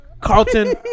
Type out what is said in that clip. Carlton